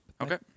Okay